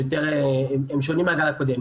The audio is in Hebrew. שהם שונים בגל הקודם.